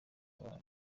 abanya